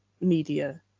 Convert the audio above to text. media